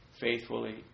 Faithfully